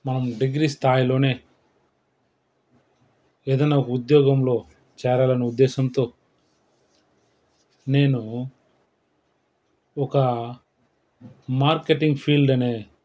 మనం డిగ్రీ స్థాయిలోనే ఏదన్న ఉద్యోగంలో చేరాలని ఉద్దేశంతో నేను ఒక మార్కెటింగ్ ఫీల్డ్ అనే